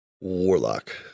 warlock